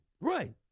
Right